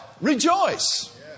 Rejoice